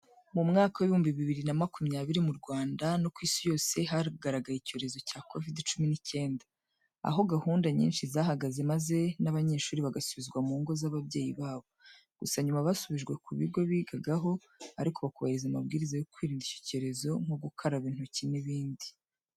Mu mwaka w'ibihumbi bibiri na makumyabiri mu Rwanda no ku isi yose hagaragaye icyorezo cya kovide cyumi n'icyenda, aho gahunda nyinshi zahagaze maze n'abanyeshuri bagasubizwa mu ngo z'ababyeyi babo. Gusa nyuma basubijwe ku bigo bigagaho ariko bakubahiriza amabwiriza yo kwirinda icyo cyorezo nko gukaraba intoki n'ibindi.